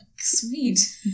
Sweet